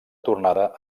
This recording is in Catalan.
tornada